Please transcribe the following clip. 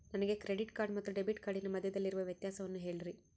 ನನಗೆ credit card ಮತ್ತು debit ಕಾರ್ಡಿನ ಮಧ್ಯದಲ್ಲಿರುವ ವ್ಯತ್ಯಾಸವನ್ನು ಹೇಳ್ರಿ?